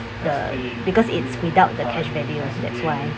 the because it's without the cash values that's why